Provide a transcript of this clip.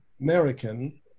American